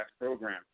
program